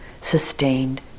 sustained